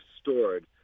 stored